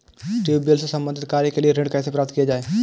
Tubewell से संबंधित कार्य के लिए ऋण कैसे प्राप्त किया जाए?